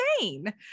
insane